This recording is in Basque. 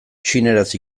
txineraz